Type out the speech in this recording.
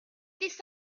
this